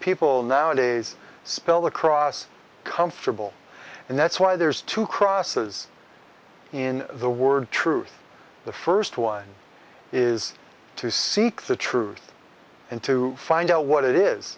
people nowadays spell the cross comfortable and that's why there's two crosses in the word truth the first one is to seek the truth and to find out what it is